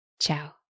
Ciao